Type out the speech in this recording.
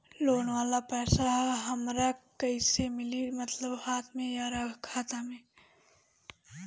Loan वाला पैसा हमरा कइसे मिली मतलब हाथ में या खाता में?